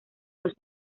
los